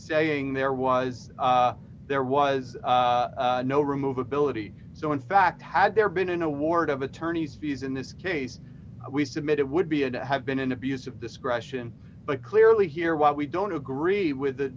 saying there was there was no remove ability so in fact had there been an award of attorney's fees in this case we submit it would be a to have been an abuse of discretion but clearly here while we don't agree with the